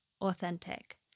authentic